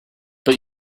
but